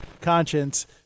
conscience